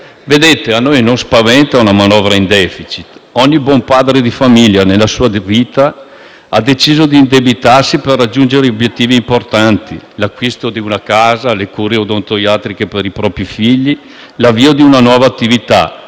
Vedete, a noi non spaventa una manovra in *deficit*. Ogni buon padre di famiglia nella sua vita ha deciso di indebitarsi per raggiungere obiettivi importanti: l'acquisto di una casa, le cure odontoiatriche per i propri figli, l'avvio di una nuova attività.